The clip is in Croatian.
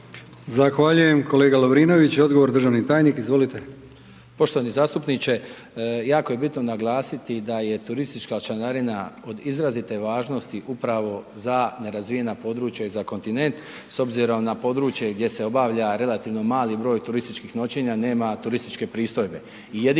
Zahvaljujem kolega Lovrinović. Odgovor, državni tajnik. Izvolite. **Glavina, Tonči** Poštovani zastupniče. Jako je bitno naglasiti da je turistička članarina od izrazite važnosti upravo za nerazvijena područja i za kontinent s obzirom na područje gdje se obavlja relativno mali broj turističkih noćenja, nema turističke pristojbe